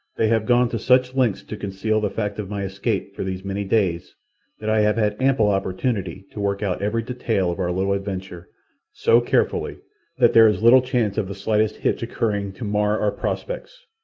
they have gone to such lengths to conceal the fact of my escape for these many days that i have had ample opportunity to work out every detail of our little adventure so carefully that there is little chance of the slightest hitch occurring to mar our prospects.